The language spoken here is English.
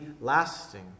lasting